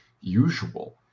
usual